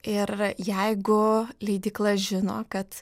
ir jeigu leidykla žino kad